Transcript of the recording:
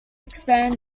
expand